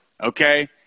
okay